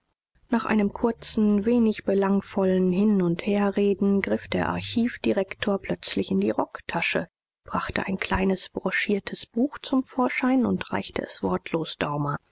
nach einem kurzen wenig belangvollen hin und herreden griff der archivdirektor plötzlich in die rocktasche brachte ein kleines broschiertes buch zum vorschein und reichte es wortlos daumer